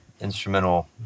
instrumental